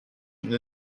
d’une